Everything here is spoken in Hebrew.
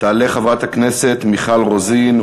תעלה חברת הכנסת מיכל רוזין,